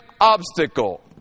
obstacle